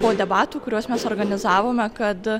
po debatų kuriuos mes organizavome kad